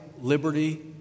liberty